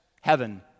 heaven